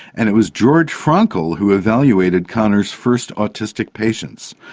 and it was george frankl who evaluated kanner's first autistic patients.